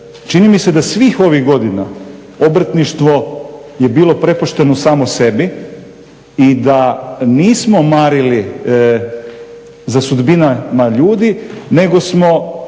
Čini mi se da svih ovih godina obrtništvo je bilo prepušteno samo sebi i da nismo marili za sudbinama ljudi nego smo,